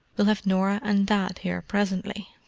we'll have norah and dad here presently.